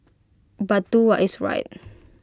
but do what is right